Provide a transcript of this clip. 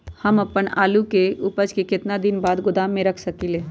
हम अपन आलू के ऊपज के केतना दिन बाद गोदाम में रख सकींले?